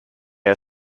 are